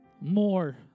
More